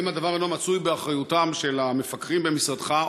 3. האם הדבר אינו מצוי באחריותם של המפקחים במשרדך,